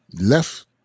left